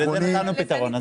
ולזה נתנו פתרון.